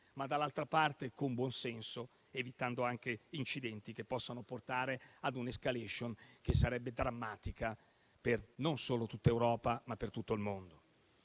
ma va fatto con buonsenso, evitando anche incidenti che possano portare ad un'*escalation* che sarebbe drammatica non solo per tutta l'Europa, ma per tutto il mondo.